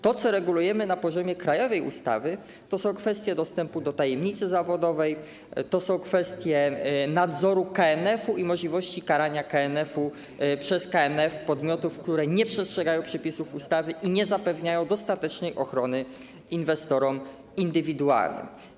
To, co regulujemy na poziomie krajowej ustawy, to są kwestie dostępu do tajemnicy zawodowej, to są kwestie nadzoru KNF-u i możliwości karania przez KNF podmiotów, które nie przestrzegają przepisów ustawy i nie zapewniają dostatecznej ochrony inwestorom indywidualnym.